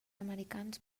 americans